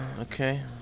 Okay